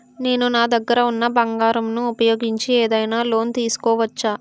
నేను నా దగ్గర ఉన్న బంగారం ను ఉపయోగించి ఏదైనా లోన్ తీసుకోవచ్చా?